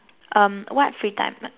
um what free time